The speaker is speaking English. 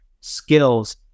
skills